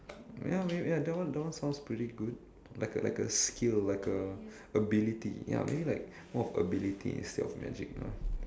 ya maybe that one that one sounds pretty good like a like a skill like a ability ya maybe like more of ability instead of like magic ah